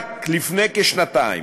רק לפני כשנתיים